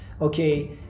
okay